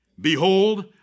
Behold